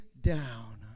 down